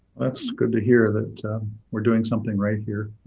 that's good to hear, that we're doing something right here